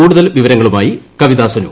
കൂടുതൽ വിവരങ്ങളുമായി കവിത സുനു